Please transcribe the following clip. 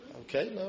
Okay